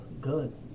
good